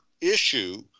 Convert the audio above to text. issue